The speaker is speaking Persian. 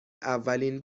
اولین